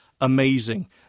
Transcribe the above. amazing